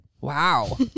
Wow